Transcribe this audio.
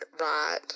right